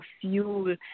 fuel